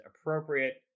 appropriate